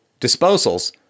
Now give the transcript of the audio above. disposals